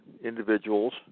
individuals